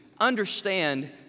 understand